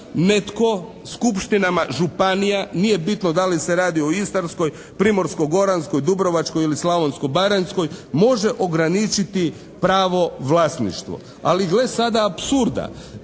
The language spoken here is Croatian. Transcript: netko Skupštinama županija nije bitno da li se radi o Istarskoj, Primorsko-goranskoj, Dubrovačkoj ili Slavonsko-baranjskoj može ograničiti pravo vlasništvo? Ali gle sada apsurda.